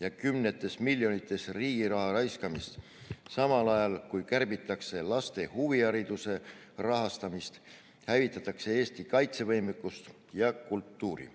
ja kümnetes miljonites riigi raha raiskamist, samal ajal kui kärbitakse laste huvihariduse rahastamist, hävitatakse Eesti kaitsevõimekust ja kultuuri.